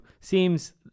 seems